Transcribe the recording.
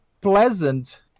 pleasant